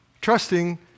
trusting